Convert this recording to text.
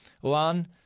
One